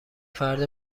فرد